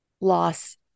loss